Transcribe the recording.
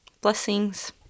Blessings